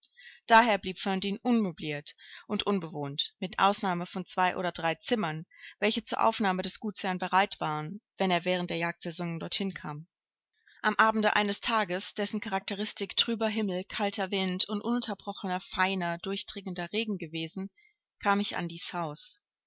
daher blieb ferndean unmöbliert und unbewohnt mit ausnahme von zwei oder drei zimmern welche zur aufnahme des gutsherrn bereit waren wenn er während der jagdsaison dorthin kam am abende eines tages dessen charakteristik trüber himmel kalter wind und ununterbrochener feiner durchdringender regen gewesen kam ich an dies haus